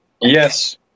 Yes